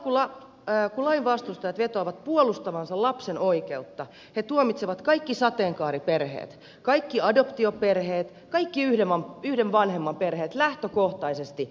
samalla kun lain vastustajat vetoavat puolustavansa lapsen oikeutta he tuomitsevat kaikki sateenkaariperheet kaikki adoptioperheet kaikki yhden vanhemman perheet lähtökohtaisesti huonommiksi